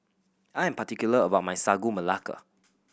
I am particular about my Sagu Melaka